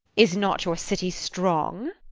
is not your city strong?